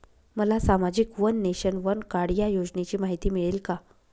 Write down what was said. मला सामाजिक one nation, one card या योजनेची माहिती मिळेल का?